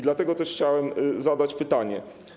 Dlatego też chciałem zadać pytanie.